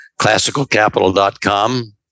Classicalcapital.com